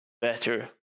better